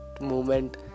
moment